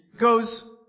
goes